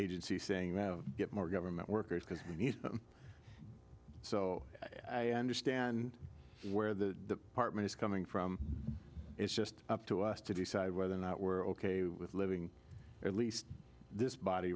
agency saying get more government workers because we need them so i understand where the apartment is coming from it's just up to us to decide whether or not we're ok with living at least this body